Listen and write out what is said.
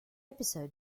episode